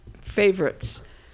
favorites